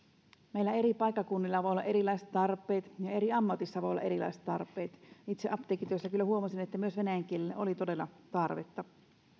meillä eri paikkakunnilla voi olla erilaiset tarpeet ja eri ammateissa voi olla erilaiset tarpeet itse apteekkityössä kyllä huomasin että myös venäjän kielelle oli todella tarvetta